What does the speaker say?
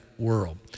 world